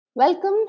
Welcome